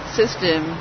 system